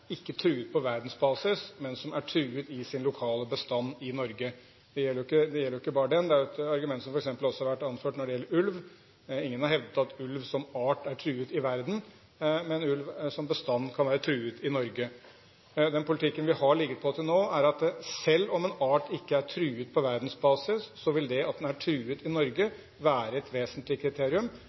truet på verdensbasis, men den lokale bestanden i Norge er truet. Det gjelder ikke bare denne, det er et argument som f.eks. også har vært anført når det gjelder ulv. Ingen har hevdet at ulv som art er truet i verden, men ulv som bestand kan være truet i Norge. Den politikken vi har ligget på til nå, er at selv om en art ikke er truet på verdensbasis, vil det at den er truet i Norge, være et vesentlig kriterium,